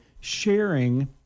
Sharing